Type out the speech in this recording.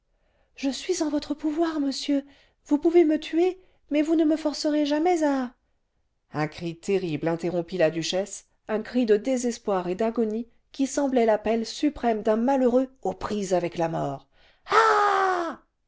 je suis en votre pouvoir monsieur vous pouvez me tuer mais vous ne me forcerez jamais à un cri terrible interrompit la duchesse un cri de désespoir et d'agonie qui semblait l'appel suprême cl un malheureux aux prises avec la mort